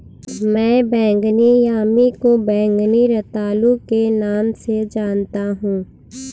मैं बैंगनी यामी को बैंगनी रतालू के नाम से जानता हूं